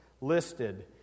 listed